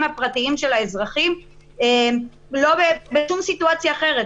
הפרטיים של האזרחים בשום סיטואציה אחרת,